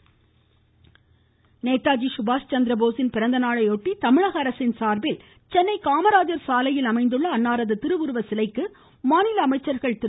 நேதாஜி அமைச்சர்கள் நேதாஜி சுபாஷ் சந்திரபோஸின் பிறந்தநாளையொட்டி தமிழக அரசின் சார்பில் சென்னை காமராஜா் சாலையில் அமைந்துள்ள அன்னாரது திருவுருவ சிலைக்கு மாநில அமைச்சர்கள் திரு